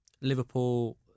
Liverpool